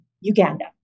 Uganda